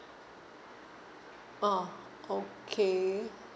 ah okay